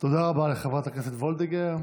תודה רבה לחברת הכנסת וולדיגר.